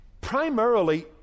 Primarily